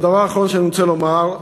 הדבר האחרון שאני רוצה לומר,